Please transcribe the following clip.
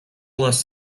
los